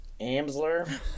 Amsler